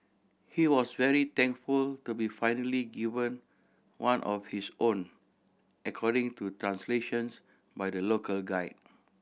he was very thankful to be finally given one of his own according to translations by the local guide